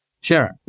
Sure